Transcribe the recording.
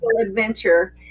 adventure